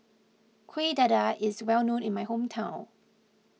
Kueh Dadar is well known in my hometown